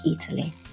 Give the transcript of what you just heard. Italy